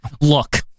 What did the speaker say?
Look